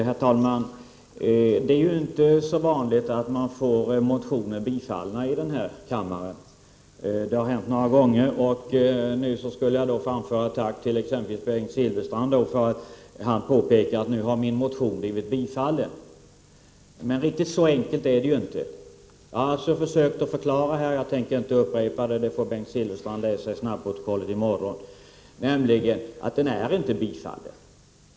Herr talman! Det är inte så vanligt att man får motioner bifallna i denna kammare. Det har hänt några gånger. Nu skulle jag då framföra ett tack till exempelvis Bengt Silfverstrand, för att han påpekar att min motion har blivit biträdd. Riktigt så enkelt är det inte. Jag har försökt förklara det här. Jag tänker inte upprepa det. Det får Bengt Silfverstrand läsa i snabbprotokollet i morgon. Min motion är inte biträdd.